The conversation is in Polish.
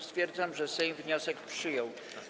Stwierdzam, że Sejm wniosek przyjął.